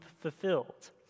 fulfilled